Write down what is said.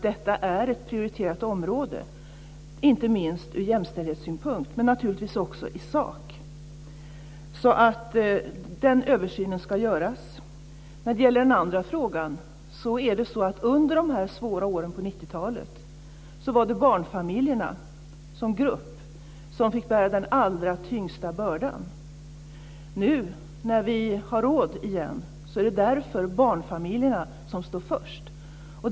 Detta är ett prioriterat område, inte minst ur jämställdhetssynpunkt men naturligtvis också i sak, så den översynen ska göras. Så till den andra frågan. Under de svåra åren på 90-talet fick barnfamiljerna som grupp bära den allra tyngsta bördan. Nu när vi har råd igen är det därför barnfamiljerna som står först.